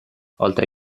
oltre